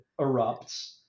erupts